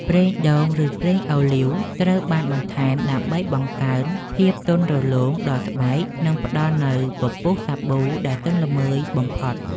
ប្រេងដូង ឬប្រេងអូលីវ ត្រូវបានបន្ថែមដើម្បីបង្កើនភាពទន់រលោងដល់ស្បែក និងផ្តល់នូវពពុះសាប៊ូដែលទន់ល្មើយបំផុត។